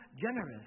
generous